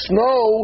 Snow